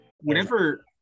Whenever